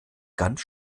ganz